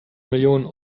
millionen